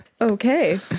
okay